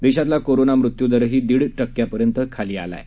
देशातला कोरोना मृत्यूदरही दीड टक्क्यापर्यंत खाली आला आहे